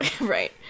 right